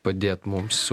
padėt mums